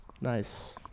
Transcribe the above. Nice